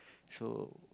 so